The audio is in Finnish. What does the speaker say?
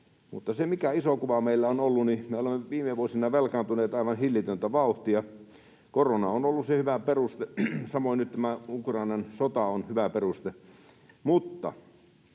mutta se iso kuva meillä on ollut, että me olemme viime vuosina velkaantuneet aivan hillitöntä vauhtia. Korona on ollut hyvä peruste, samoin nyt tämä Ukrainan sota on hyvä peruste, mutta